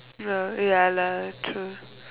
no ya lah true